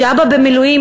'כשאבא במילואים,